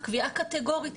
קביעה קטגורית,